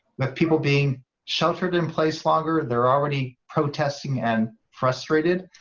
but people being sheltered in place longer they're already protesting and frustrated,